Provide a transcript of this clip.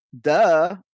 duh